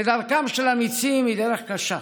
ודרכם של אמיצים היא דרך קשה,